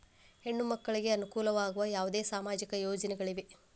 ಹೆಣ್ಣು ಮಕ್ಕಳಿಗೆ ಅನುಕೂಲವಾಗುವ ಯಾವುದೇ ಸಾಮಾಜಿಕ ಯೋಜನೆಗಳಿವೆಯೇ?